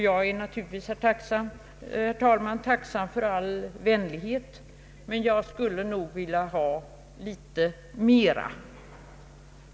Jag är naturligtvis, herr talman, tacksam för all vänlighet, men jag skulle nog vilja ha litet mer.